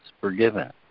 forgiven